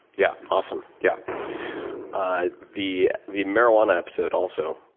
yeah, awesome. yeah ah the the marijuana episode, also,